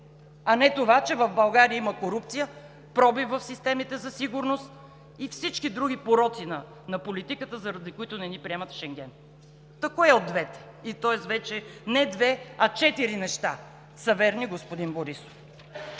а не това, че в България има корупция, пробив в системите за сигурност и всички други пороци на политиката, заради които не ни приемат в Шенген. Та кое от двете, тоест вече не две, а четири неща, са верни, господин Борисов?